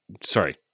Sorry